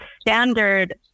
standard